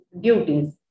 duties